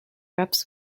reps